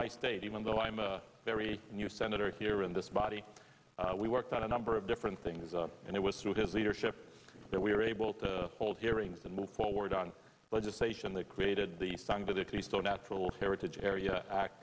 my state even though i am a very new senator here in this body we worked on a number of different things and it was through his leadership that we were able to hold hearings and move forward on legislation that created the sun to decrease the natural heritage area act